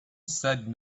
said